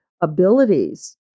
abilities